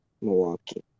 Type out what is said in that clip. Milwaukee